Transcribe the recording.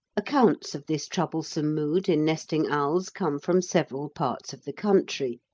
accounts of this troublesome mood in nesting owls come from several parts of the country,